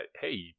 hey